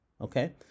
Okay